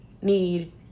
need